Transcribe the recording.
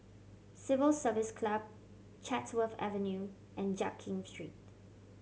Civil Service Club Chatsworth Avenue and Jiak Kim Street